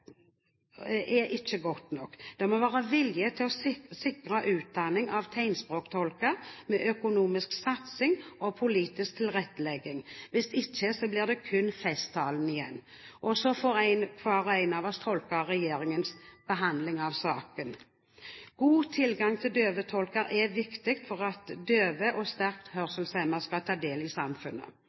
er ikke godt nok. Det må være vilje til å sikre utdanning av tegnspråktolker med økonomisk satsing og politisk tilrettelegging. Hvis ikke blir det kun festtalene igjen, og så får hver og en av oss tolke regjeringens behandling av saken. God tilgang til døvetolker er viktig for at døve og sterkt hørselshemmede skal kunne ta del i samfunnet.